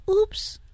oops